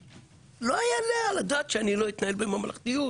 לא יעלה על הדעת שאני לא אתנהל בממלכתיות.